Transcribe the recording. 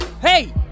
Hey